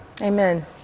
Amen